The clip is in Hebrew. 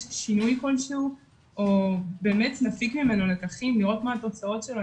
שינוי כלשהו או באמת נפיק ממנו לקחים לראות מה התוצאות שלו,